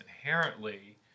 inherently